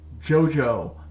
Jojo